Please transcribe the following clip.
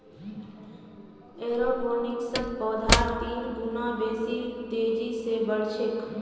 एरोपोनिक्सत पौधार तीन गुना बेसी तेजी स बढ़ छेक